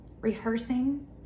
rehearsing